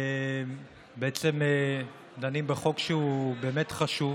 בעצם דנים בחוק שהוא באמת חשוב,